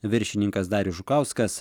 viršininkas darius žukauskas